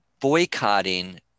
boycotting